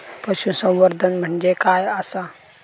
पशुसंवर्धन म्हणजे काय आसा?